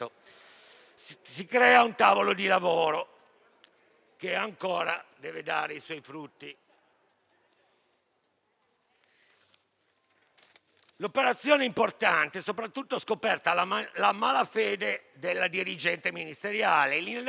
Si crea un tavolo di lavoro, che ancora deve dare i suoi frutti. L'operazione è importante, soprattutto scoperta la malafede della dirigente ministeriale